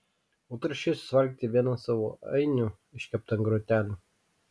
o tu ruošiesi suvalgyti vieną savo ainių iškeptą ant grotelių